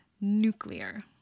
nuclear